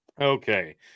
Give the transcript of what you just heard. okay